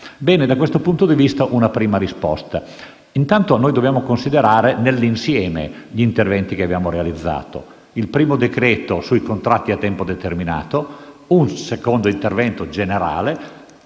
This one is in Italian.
azione. Da questo punto di vista, ecco una prima risposta. Intanto noi dobbiamo considerare nell'insieme gli interventi che abbiamo realizzato: il primo decreto sui contratti a tempo determinato; un secondo intervento generale;